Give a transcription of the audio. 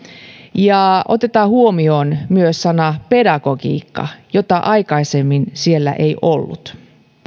ja otetaan huomioon myös sana pedagogiikka jota aikaisemmin siellä ei ollut